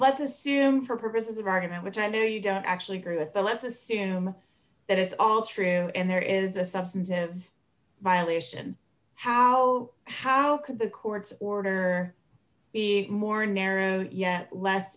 let's assume for purposes of argument which i know you don't actually agree with but let's assume that it's all true and there is a substantive violation how how could the court's order be more narrow yet less